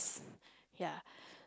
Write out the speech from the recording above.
ya